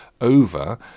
over